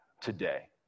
today